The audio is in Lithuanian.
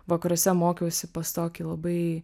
vakaruose mokiausi pas tokį labai